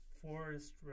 forest